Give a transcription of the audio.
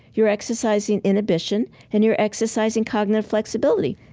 you're exercising inhibition, and you're exercising cognitive flexibility.